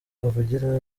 avugira